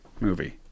movie